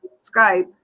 Skype